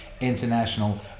international